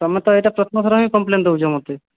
ତମେତ ଏହିଟା ପ୍ରଥମ ଥର ହିଁ କମ୍ପଲେନ ଦେଉଛ ମୋତେ